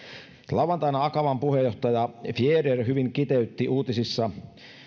lauantaina akavan puheenjohtaja fjäder hyvin kiteytti uutisissa